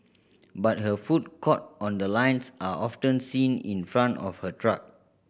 but her food caught on the lines are often seen in front of her truck